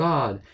God